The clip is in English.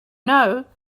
know